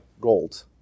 gold